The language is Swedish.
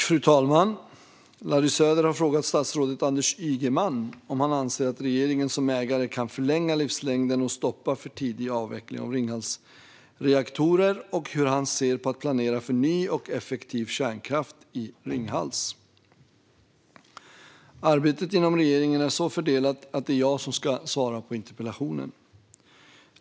Fru talman! Larry Söder har frågat statsrådet Anders Ygeman om han anser att regeringen som ägare kan förlänga livslängden och stoppa för tidig avveckling av Ringhalsreaktorer och hur han ser på att planera för ny och effektiv kärnkraft i Ringhals. Arbetet inom regeringen är så fördelat att det är jag som ska svara på interpellationen.